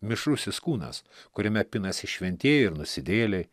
mišrusis kūnas kuriame pinasi šventieji ir nusidėjėliai